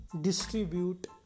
distribute